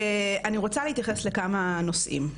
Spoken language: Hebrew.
אני רוצה להתייחס לכמה נשאים.